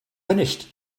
finished